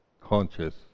conscious